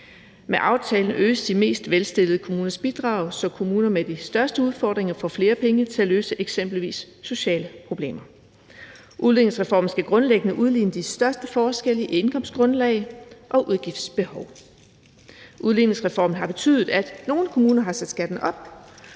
Med aftalen øges de mest velstillede kommuners bidrag, så kommuner med de største udfordringer får flere penge til at løse eksempelvis sociale problemer. Udligningsreformen skal grundlæggende udligne de største forskelle i indkomstgrundlag og udgiftsbehov. Udligningsreformen har betydet, at nogle kommuner har sat skatten op